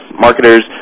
marketers